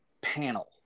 panel